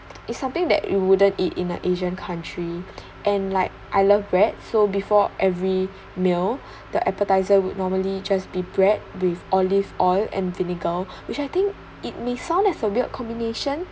it's something that you wouldn't eat in an asian country and like I love bread so before every meal the appetizer would normally just be bread with olive oil and vinegar which I think it may sound as a weird combination